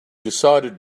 decided